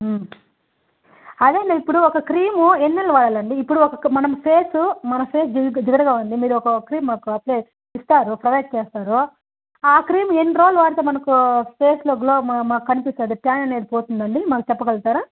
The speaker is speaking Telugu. అదేలే ఇప్పుడు ఒక క్రీము ఎన్ని నెలలు వాడాలండి ఇప్పుడు మనం ఫేసు మన ఫేస్ జిగురు జిగటగా ఉంది మీరు ఒక క్రీమ్ మాకు అప్లై ఇస్తారు ప్రొవైడ్ చేస్తారు ఆ క్రీమ్ ఎన్ని రోజులు వాడితే మనకు ఫేస్లో గ్లో కనిపిస్తుంది ట్యాన్ అనేది పోతుందండి మాకు చెప్పగలుగుతారా